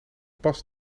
pas